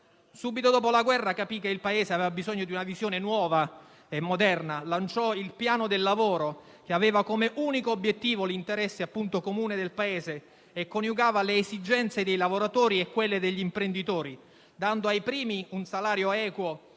Subito dopo la guerra capì che il Paese aveva bisogno di una visione nuova e moderna e così lanciò il piano del lavoro, che aveva come unico obiettivo l'interesse comune del Paese, e coniugava le esigenze dei lavoratori e quelle degli imprenditori, dando ai primi un salario equo